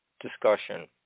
discussion